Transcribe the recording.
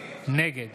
נגד